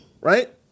Right